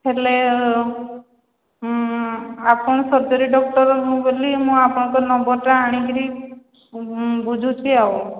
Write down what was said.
ହେଲେ ଆପଣ surgery doctor ବୋଲି ମୁଁ ଆପଣଙ୍କ ନମ୍ବରଟା ଆଣିକରି ବୁଝୁଛି ଆଉ